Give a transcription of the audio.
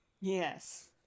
Yes